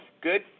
Good